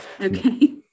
Okay